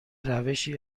روشی